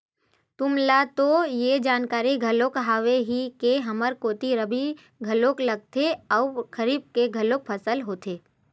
तुमला तो ये जानकारी घलोक हावे ही के हमर कोती रबि फसल घलोक लेथे अउ खरीफ के घलोक फसल होथे